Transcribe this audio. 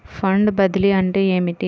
Fund బదిలీ అంటే ఏమిటి?